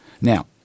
Now